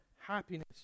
happiness